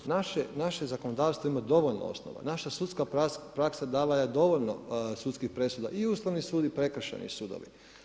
Naše zakonodavstvo ima dovoljno osnova, naša sudska praksa dala je dovoljno sudskih presuda, i Ustavni sud i prekršajni sudovi.